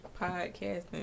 podcasting